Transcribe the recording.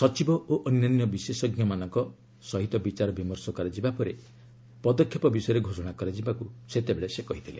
ସଚିବ ଓ ଅନ୍ୟାନ୍ୟ ବିଶେଷଜ୍ଞମାନଙ୍କ ସହ ବିଚାର ବିମର୍ଷ ପରେ ପଦକ୍ଷେପ ବିଷୟରେ ଘୋଷଣା କରାଯିବାକୁ ସେତେବେଳେ ସେ କହିଥିଲେ